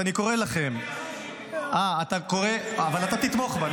ואני קורא לכם --- אני רוצה לראות --- אבל אתה תתמוך בה,